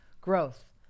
Growth